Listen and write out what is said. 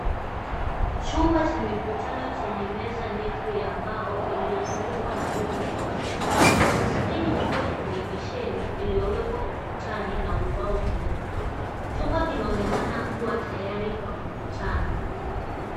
Chumba cha mikutano chenye meza ndefu ya mbao iliyozungukwa na viti vyeusi. Kuna skirini kubwa ya televisheni iliyowekwa ukutani na ubao mweupe. Chumba kinaonekana kuwa tayari kwa mkutano.